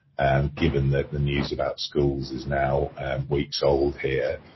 and given that the news about schools is now week's old here.